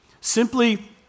Simply